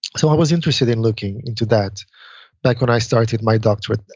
so i was interested in looking into that back when i started my doctorate.